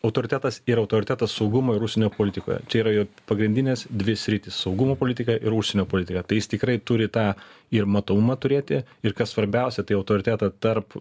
autoritetas ir autoritetas saugumo ir užsienio politikoje čia yra jo pagrindinės dvi sritys saugumo politika ir užsienio politika tai jis tikrai turi tą ir matomumą turėti ir kas svarbiausia tai autoritetą tarp